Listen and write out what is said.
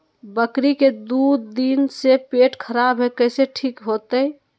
बकरी के दू दिन से पेट खराब है, कैसे ठीक होतैय?